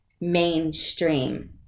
mainstream